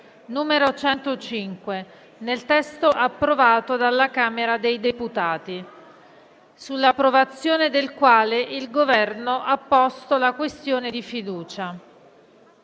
n. 105, nel testo approvato dalla Camera dei deputati, sull'approvazione del quale il Governo ha posto la questione di fiducia: